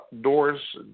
doors